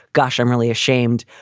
gosh, i'm really ashamed.